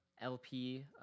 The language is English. LP